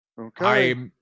Okay